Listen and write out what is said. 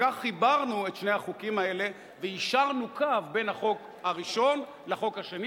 וכך חיברנו את שני החוקים האלה ויישרנו קו בין החוק הראשון לחוק השני,